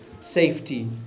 Safety